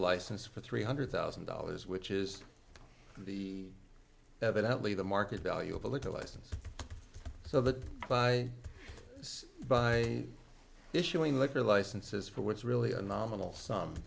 license for three hundred thousand dollars which is the evidently the market value of a little license so that by by issuing liquor licenses for what's really a nominal sum